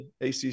ACC